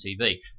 TV